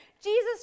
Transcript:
Jesus